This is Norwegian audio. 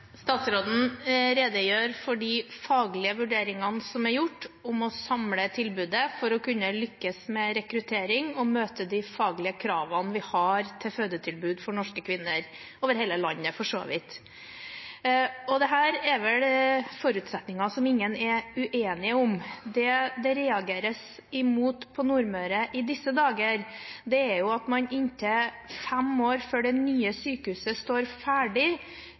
Statsråden redegjør for de faglige vurderingene som er gjort om å samle tilbudet for å kunne lykkes med rekruttering og møte de faglige kravene vi har til fødetilbud for norske kvinner, over hele landet, for så vidt. Dette er vel forutsetninger som ingen er uenige om. Det det reageres mot på Nordmøre i disse dager, er at man gjør denne sammenslåingen inntil fem år før det nye sykehuset står ferdig.